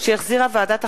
שהחזירה ועדת החוקה,